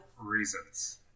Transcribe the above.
reasons